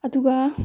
ꯑꯗꯨꯒ